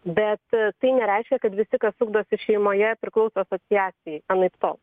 bet tai nereiškia kad visi kas ugdosi šeimoje priklauso asociacijai anaiptol